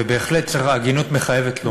ובהחלט ההגינות מחייבת לומר,